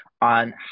on